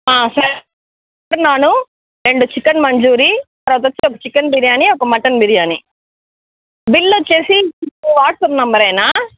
సరే చెప్తున్నాను రెండు చికెన్ మంచూరియ తర్వాత వచ్చి ఒక చికెన్ బిర్యానీ ఒక మటన్ బిర్యానీ బిల్ వచ్చి వాట్సాప్ నంబరేనా